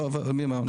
אסף לא עברה רבע שעה.